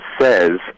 says